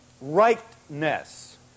rightness